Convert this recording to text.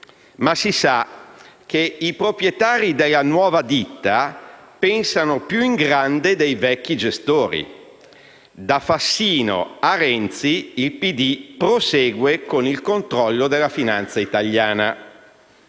Ma si sa che i proprietari della nuova ditta pensano più in grande dei vecchi gestori. Da Fassino a Renzi il PD prosegue con il controllo della finanza italiana.